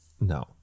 No